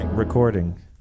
recording